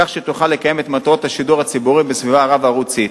כך שתוכל לקיים את מטרות השידור הציבורי בסביבה הרב-ערוצית.